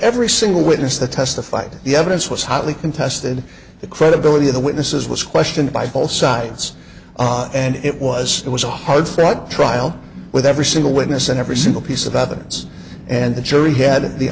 every single witness that testified the evidence was hotly contested the credibility of the witnesses was questioned by both sides and it was it was a hard fraud trial with every single witness and every single piece of evidence and the jury